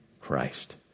Christ